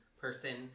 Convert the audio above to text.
person